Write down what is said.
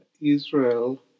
Israel